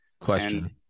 Question